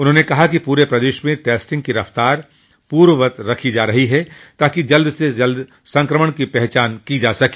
उन्होंने कहा कि पूरे प्रदेश में टेस्टिंग की रफ़्तार पूर्ववत रखी जा रही है ताकि जल्द से जल्द संक्रमण की पहचान की जा सके